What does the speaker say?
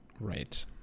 Right